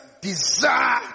desire